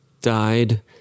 died